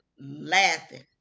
laughing